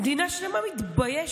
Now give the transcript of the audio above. מדינה שלמה מתביישת.